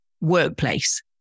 workplace